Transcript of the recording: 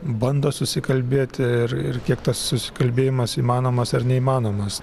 bando susikalbėti ir ir kiek tas susikalbėjimas įmanomas ar neįmanomas